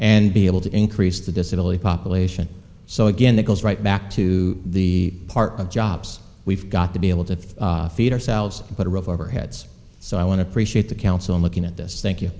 and be able to increase the disability population so again it goes right back to the part of jobs we've got to be able to feed ourselves but are of overheads so i want to preheat the council in looking at this thank you